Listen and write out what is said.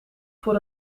voor